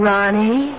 Ronnie